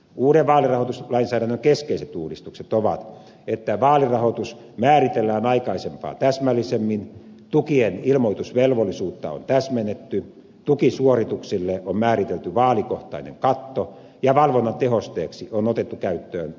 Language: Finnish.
uuden vaalirahoituslainsäädännön keskeiset uudistukset ovat että vaalirahoitus määritellään aikaisempaa täsmällisemmin tukien ilmoitusvelvollisuutta on täsmennetty tukisuorituksille on määritelty vaalikohtainen katto ja valvonnan tehosteeksi on otettu käyttöön uhkasakko